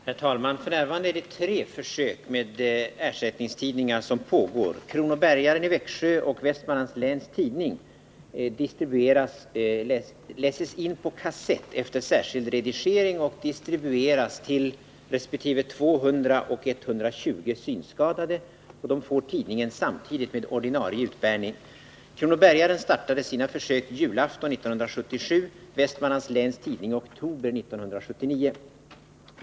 Herr talman! F. n. pågår tre försök med ersättningstidningar. Kronobergaren i Växjö och Vestmanlands Läns Tidning läses in på kassett efter särskild redigering och distribueras till 200 resp. 120 synskadade, som får tidningen samtidigt med ordinarie utbärning. Kronobergaren startade sina försök på julafton 1977, Vestmanlands Läns Tidning i oktober 1979.